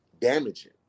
damaging